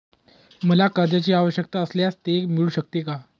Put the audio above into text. मला कर्जांची आवश्यकता असल्यास ते मिळू शकते का?